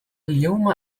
اليوم